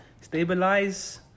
stabilize